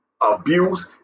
abuse